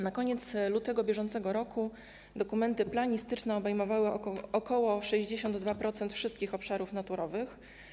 Na koniec lutego br. dokumenty planistyczne obejmowały ok. 62% wszystkich obszarów naturowych.